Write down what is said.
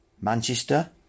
Manchester